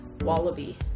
wallaby